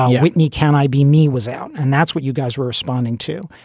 whitney, can i be me, was out. and that's what you guys were responding to.